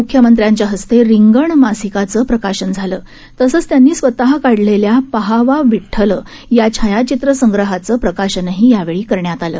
मुख्यमंत्र्यांच्या हस्ते रिंगण मासिकाचं प्रकाशन झालं तसंच त्यांनी स्वत काढलेल्या पहावा विठ्ठल या छायाचित्र संग्रहाचं प्रकाशनही यावेळी करण्यात आलं